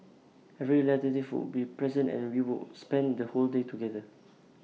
every relative would be present and we would spend the whole day together